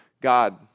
God